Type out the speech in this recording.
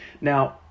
Now